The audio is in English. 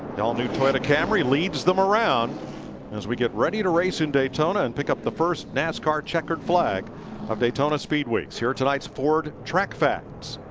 all-new toyota camry leads them around as we get ready to race in daytona and pick up the first nascar checkered flag of daytona speedway. here tonight's ford track facts.